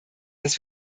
dass